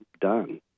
done